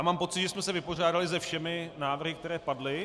Mám pocit, že jsme se vypořádali se všemi návrhy, které padly.